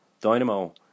Dynamo